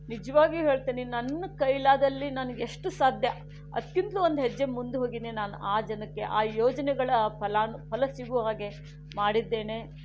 ನಿಜವಾಗಿಯೂ ಹೇಳ್ತೇನೆ ನನ್ನ ಕೈಲಾದಲ್ಲಿ ನನಗೆಷ್ಟು ಸಾಧ್ಯ ಅದಕ್ಕಿಂತಲೂ ಒಂದು ಹೆಜ್ಜೆ ಮುಂದೆ ಹೋಗಿಯೇ ನಾನು ಆ ಜನಕ್ಕೆ ಆ ಯೋಜನೆಗಳ ಫಲಾನು ಫಲ ಸಿಗುವ ಹಾಗೆ ಮಾಡಿದ್ದೇನೆ